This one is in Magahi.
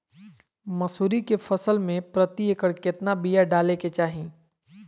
मसूरी के फसल में प्रति एकड़ केतना बिया डाले के चाही?